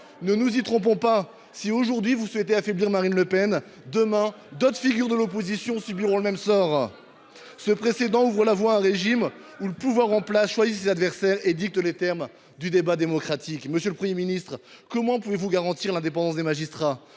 Ne nous y trompons pas : si aujourd’hui vous souhaitez affaiblir Marine Le Pen,… Elle s’affaiblit toute seule !… demain d’autres figures de l’opposition subiront le même sort. Ce précédent ouvre la voie à un régime où le pouvoir en place choisit ses adversaires et dicte les termes du débat démocratique. Monsieur le Premier ministre, comment garantiriez vous l’indépendance des magistrats